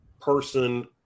person